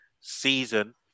season